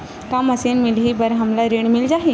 का मशीन मिलही बर हमला ऋण मिल जाही?